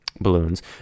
balloons